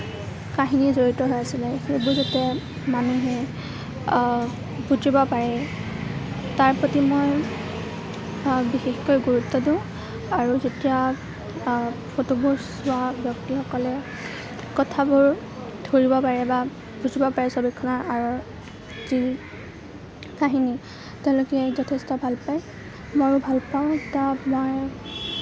কাহিনী জড়িত হৈ আছিলে সেইবোৰ যাতে মানুহে বুজিব পাৰে তাৰ প্ৰতি মই বিশেষকৈ গুৰুত্ব দিওঁ আৰু যেতিয়া ফটোবোৰ চোৱা ব্যক্তিসকলে কথাবোৰ ধৰিব পাৰে বা বুজিব পাৰে ছবিখনৰ আঁৰৰ যি কাহিনী তেওঁলোকে যথেষ্ট ভাল পায় ময়ো ভাল পাওঁ কাৰণ মই